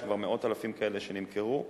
יש כבר מאות-אלפים כאלה שנמכרו,